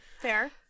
fair